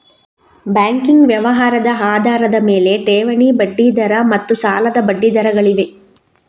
banking ವ್ಯವಹಾರದ ಆಧಾರದ ಮೇಲೆ, ಠೇವಣಿ ಬಡ್ಡಿ ದರ ಮತ್ತು ಸಾಲದ ಬಡ್ಡಿ ದರಗಳಿವೆ